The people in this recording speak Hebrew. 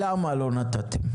למה לא נתתם?